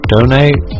donate